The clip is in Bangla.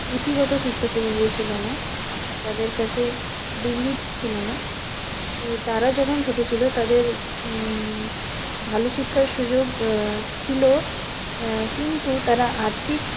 পুঁথিগত শিক্ষা সেভাবে ছিল না তাদের কাছে ডিগ্রি ছিল না কী তারা যখন ছোটো ছিল তাদের ভালো শিক্ষার সুযোগ ছিল কিন্তু তারা আর্থিক